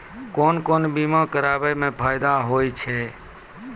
कोन कोन बीमा कराबै मे फायदा होय होय छै?